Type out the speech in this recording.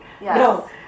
No